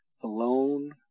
alone